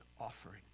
offering